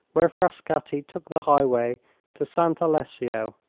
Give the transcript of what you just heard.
where frascatti took the highway to sant' alessio,